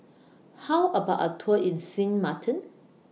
How about A Tour in Sint Maarten